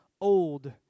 old